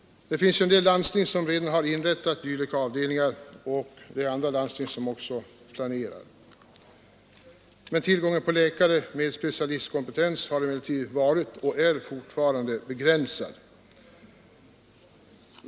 En del landsting har redan inrättat dylika avdelningar och andra landsting planerar att göra det. Men tillgången på läkare med specialistkompetens har varit och är fortfarande begränsad.